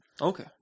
Okay